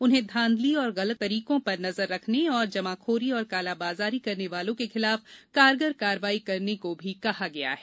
उन्हें धांधली और गलत तौर तरीकों पर नजर रखने तथा जमाखोरी और कालाबाजारी करने वालों के खिलाफ कारगर कार्रवाई करने को भी कहा गया है